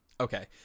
okay